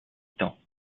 temps